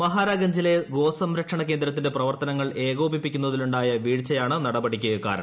മഹാരാഗഞ്ചിലെ ഗോസംരക്ഷണ കേന്ദ്രത്തിന്റെ പ്രവർത്തനങ്ങൾ പ്ര ഏകോപിപ്പിക്കുന്നതിലുണ്ടായ് വീഴ്ചയാണ് നിടപ്പടിയ്ക്ക് കാരണം